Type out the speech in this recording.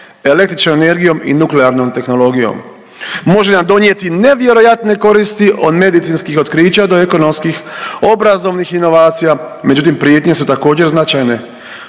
električnom energijom i nuklearnom tehnologijom. Može nam donijeti nevjerojatne koristi, od medicinskih otkrića do ekonomskih, obrazovnih inovacija, međutim, prijetnje su također, značajne.